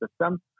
system